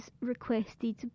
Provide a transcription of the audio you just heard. requested